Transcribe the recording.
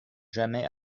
jamais